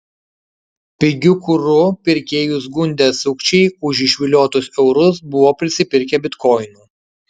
pigiu kuru pirkėjus gundę sukčiai už išviliotus eurus buvo prisipirkę bitkoinų